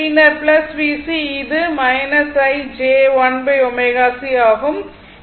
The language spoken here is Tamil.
பின்னர் VC இது I j 1 ω c ஆகும்